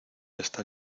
está